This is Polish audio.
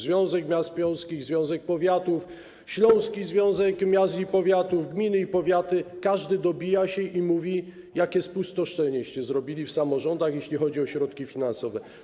Związek miast, związek powiatów, śląski związek miast i powiatów, gminy i powiaty - każdy dobija się i mówi: jakie spustoszenie żeście zrobili w samorządach, jeśli chodzi o środki finansowe.